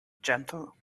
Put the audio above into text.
gentle